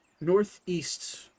northeast